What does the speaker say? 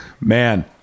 Man